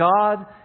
God